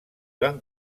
van